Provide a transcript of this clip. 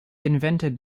invented